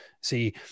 See